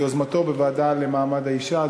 ביוזמתו, בוועדה למעמד האישה.